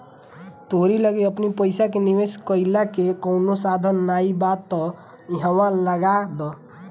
तोहरी लगे अपनी पईसा के निवेश कईला के कवनो साधन नाइ बा तअ इहवा लगा दअ